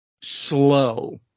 slow